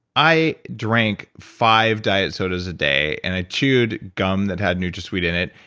i drank five diet sodas a day, and i chewed gum that had nutrasweet in it.